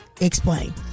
explain